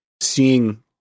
seeing